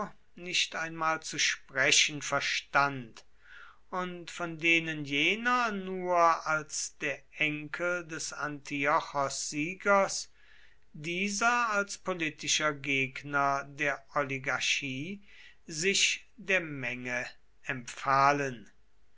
nicht einmal zu sprechen verstand und von denen jener nur als der urenkel des antiochossiegers dieser als politischer gegner der oligarchie sich der menge empfahlen